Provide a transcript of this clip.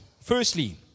Firstly